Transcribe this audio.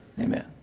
Amen